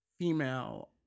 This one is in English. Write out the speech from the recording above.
female